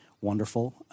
wonderful